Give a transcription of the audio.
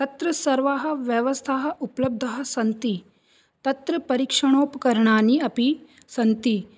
तत्र सर्वाः व्यवस्थाः उपलब्धाः सन्ति तत्र परीक्षणोपकरणानि अपि सन्ति